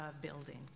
building